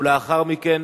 ולאחר מכן,